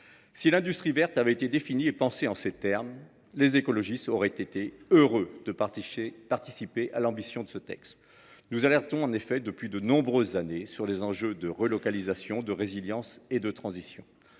Si l’industrie verte avait été définie et pensée en ces termes, les écologistes auraient été heureux de partager l’ambition de ce texte. Nous alertons en effet depuis de nombreuses années sur les enjeux de relocalisation, de résilience et de transition.